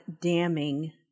damning